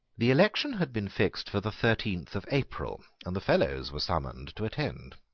the election had been fixed for the thirteenth of april, and the fellows were summoned to attend.